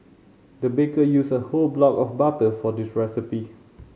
the baker used a whole block of butter for this recipe